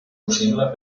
possible